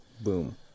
Boom